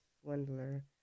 swindler